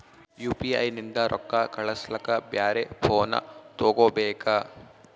UPI ನಿಂದ ರೊಕ್ಕ ಕಳಸ್ಲಕ ಬ್ಯಾರೆ ಫೋನ ತೋಗೊಬೇಕ?